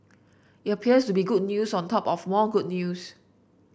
it appears to be good news on top of more good news